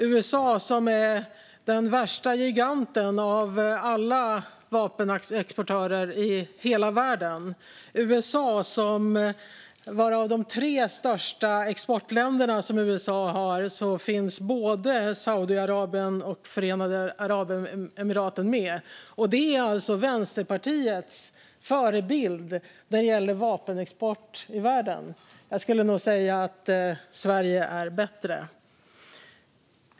USA är ju den värsta giganten av alla vapenexportörer i hela världen, och bland USA:s tre största exportländer finns både Saudiarabien och Förenade Arabemiraten. Det här är alltså Vänsterpartiets förebild när det gäller vapenexport i världen. Jag skulle nog säga att Sverige är bättre.